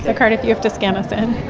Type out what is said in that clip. ah cardiff, you have to scan us in